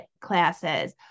classes